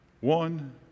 one